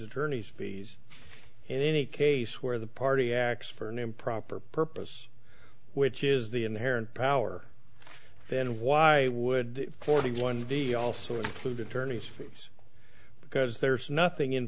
attorneys fees in any case where the party acts for an improper purpose which is the inherent power then why would forty one be also include attorneys fees because there's nothing in